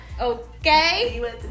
Okay